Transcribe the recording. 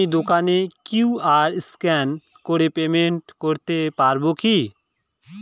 আমি দোকানে QR scan করে পেমেন্ট করতে পারবো কি?